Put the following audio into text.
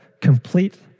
Complete